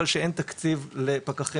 אבל שאין תקציב לפקחים.